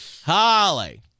Holly